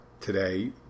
today